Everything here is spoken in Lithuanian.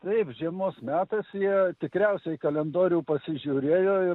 taip žiemos metas jie tikriausiai kalendorių pasižiūrėjo ir